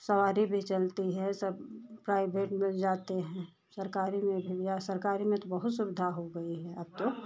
सवारी भी चलती है सब प्राइवेट में जाते हैं सरकारी में भैया सरकारी में तो बहुत सुविधा हो गई है अब तो